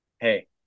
Hey